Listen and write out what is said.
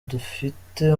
dufite